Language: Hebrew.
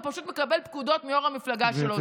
פשוט מקבל פקודות מיו"ר המפלגה שלו.